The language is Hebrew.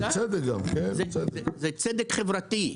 תחבורה זה צדק חברתי.